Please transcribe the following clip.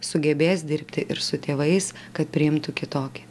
sugebės dirbti ir su tėvais kad priimtų kitokį